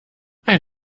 ein